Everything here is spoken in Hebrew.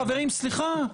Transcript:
סליחה חברים, סליחה.